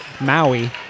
Maui